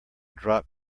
drop